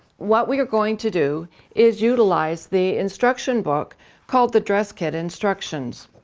what we are going to do is utilize the instruction book called the dress kit instructions.